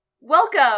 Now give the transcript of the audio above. welcome